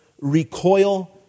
recoil